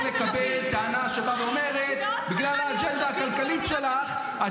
אני יכול לקבל טענה שבאה ואומרת: בגלל האג'נדה הכלכלית שלך את